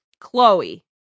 Chloe